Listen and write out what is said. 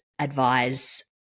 advise